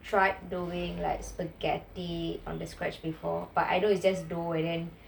tried doing like spaghetti on the scratch paper but I know is just do